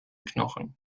knochen